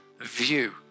view